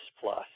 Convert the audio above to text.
plus